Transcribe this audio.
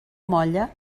molla